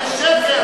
זה שקר.